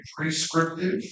prescriptive